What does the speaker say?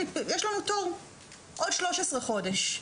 יש לנו תור בעוד 13 חודש,